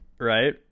right